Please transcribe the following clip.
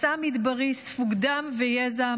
מסע מדברי ספוג דם ויזע,